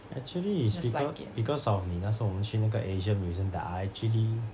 actually is becau~ because of 你那时候我们去那个 asian museum that I actually